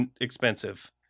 expensive